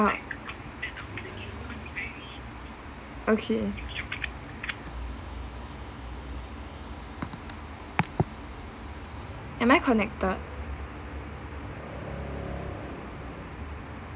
okay am I connected